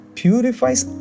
purifies